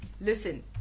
Listen